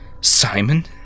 Simon